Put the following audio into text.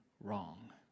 wrong